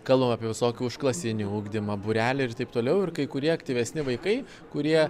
kalbam apie visokį užklasinį ugdymą būreliai ir taip toliau ir kai kurie aktyvesni vaikai kurie